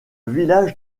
village